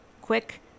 quick